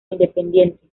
independiente